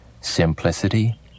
simplicity